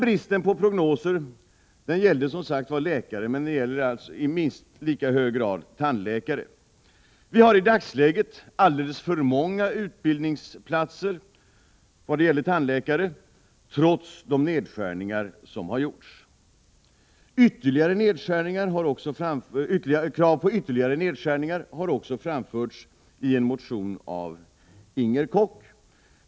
Bristen på prognoser gällde som sagt läkare, men det gäller i minst lika hög grad tandläkare. Vi har i dagsläget alldeles för många utbildningsplatser för tandläkare trots de nedskärningar som gjorts. Krav på ytterligare nedskärningar har också framförts i en motion av Inger Koch.